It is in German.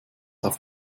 auf